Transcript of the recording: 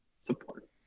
support